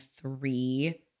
three